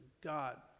God